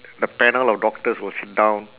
the panel of doctors will sit down